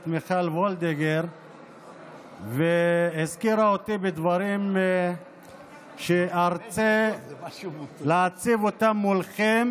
מיכל וולדיגר והזכירה אותי בדברים שארצה להציב מולכם